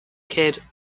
kid